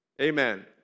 Amen